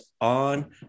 on